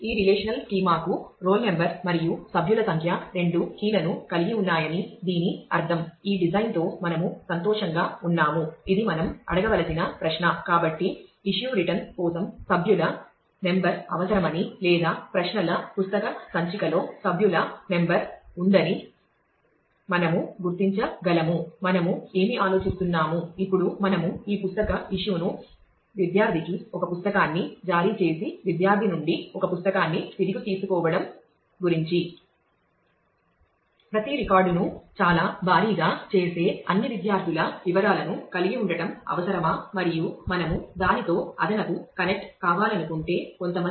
ఈ relational schema కోసం సభ్యుల నెంబర్ అవసరమని లేదా ప్రశ్నల పుస్తక సంచికలో సభ్యుల నెంబర్ ఉందని మనము గుర్తించగలము మనము ఏమి ఆలోచిస్తున్నాము ఇప్పుడు మనము ఈ పుస్తక ఇష్యూ ను విద్యార్థికి ఒక పుస్తకాన్ని జారీ చేసి విద్యార్థి నుండి ఒక పుస్తకాన్ని తిరిగి తీసుకోవటం గురించి